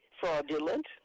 fraudulent